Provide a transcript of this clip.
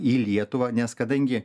į lietuvą nes kadangi